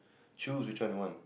choose which one you want